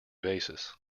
basis